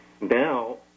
now